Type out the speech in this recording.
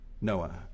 Noah